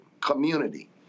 community